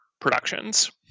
Productions